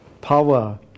power